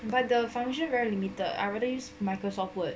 but the function very limited I rather use Microsoft word